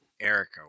Erica